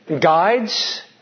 guides